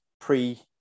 pre